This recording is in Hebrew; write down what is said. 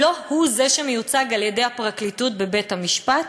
לא הוא שמיוצג על-ידי הפרקליטות בבית-המשפט,